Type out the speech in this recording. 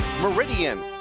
meridian